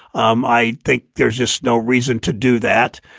um i think there's just no reason to do that.